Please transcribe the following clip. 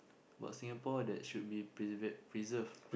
about Singapore that should be prever~ preserve